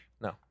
no